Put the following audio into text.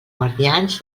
guardians